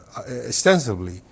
extensively